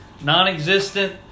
non-existent